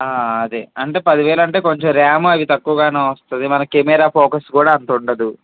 ఆ అదే అంటే పది వేలు అంటే కొంచెం ర్యామ్ అది తక్కువగాను వస్తుంది మన కెమెరా ఫోకస్ అంత ఉండదు